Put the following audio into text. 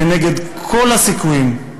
כנגד כל הסיכויים,